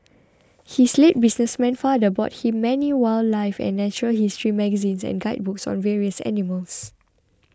his late businessman father bought him many wildlife and natural history magazines and guidebooks on various animals